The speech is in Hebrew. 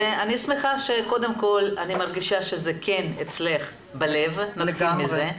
אני שמחה שזה כן אצלך בלב, נתחיל מזה.